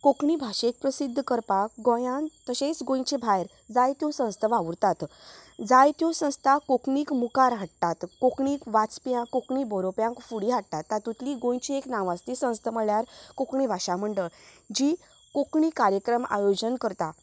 कोंकणी भाशेक प्रसिद्ध करपाक गोंयांत तशेंच गोंयचे भायर जायत्यो संस्था वावुरतात जायत्यो संस्था कोंकणीक मुखार हाडटात कोंकणी वाचप्यांक कोंकणी बरोवप्यांक फुडें हाडटात तातूंतली गोंयची एक नांवाजती संस्था म्हळ्यार कोंकणी भाशा मंडळ जी कोंकणी कार्यक्रम आयोजन करता